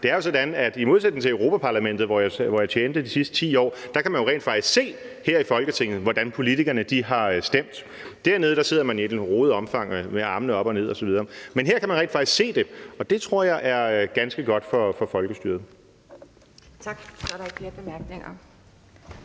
Det er jo sådan, at i modsætning til Europa-Parlamentet, hvor jeg tjente de sidste 10 år, kan man jo her i Folketinget rent faktisk se, hvordan politikerne har stemt. Dernede foregår det lidt rodet, med at man sidder og rækker hænderne op osv., men her kan man rent faktisk se det, og det tror jeg er ganske godt for folkestyret.